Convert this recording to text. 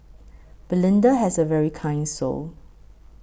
Belinda has a very kind soul